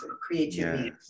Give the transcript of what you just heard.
creativity